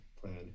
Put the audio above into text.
plan